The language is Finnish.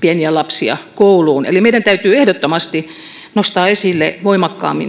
pieniä lapsia kouluun eli meidän täytyy ehdottomasti nostaa esille voimakkaammin